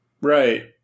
Right